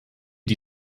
die